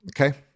okay